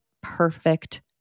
perfect